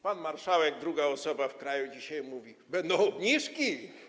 Pan marszałek, druga osoba w kraju, dzisiaj mówi: będą obniżki.